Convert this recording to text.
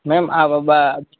ma'am